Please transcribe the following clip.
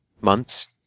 months